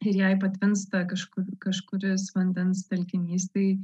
ir jei patvinsta kažkur kažkuris vandens telkinys tai